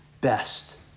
best